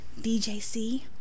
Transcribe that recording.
DJC